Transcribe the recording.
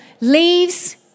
leaves